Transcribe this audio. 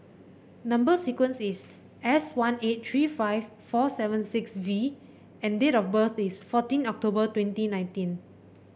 number sequence is S one eight three five four seven six V and date of birth is fourteen October twenty nineteen